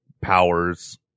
powers